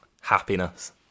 Happiness